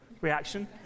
reaction